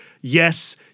yes